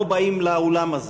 לא באים לאולם הזה.